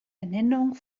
ernennung